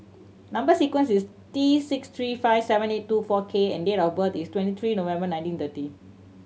number sequence is T six three five seven eight two four K and date of birth is twenty three November nineteen thirty